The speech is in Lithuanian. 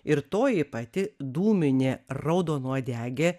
ir toji pati dūminė raudonuodegė